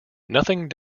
nothing